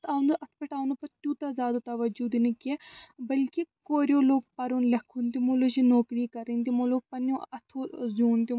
اَتھ آو نہٕ اَتھ پٮ۪ٹھ آو نہٕ پتہٕ تیوٗتاہ زیادٕ توجوٗ دِنہٕ کیٚنٛہہ بٔلکہٕ کوریو لوگ پَرُن لٮ۪کھُن تِمو لٲج یہِ نوکری کَرٕنۍ تِمو لوگ پنٛنو اَتھو زیوٗن تہِ